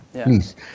please